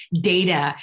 data